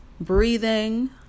breathing